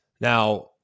Now